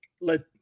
Let